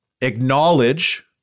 acknowledge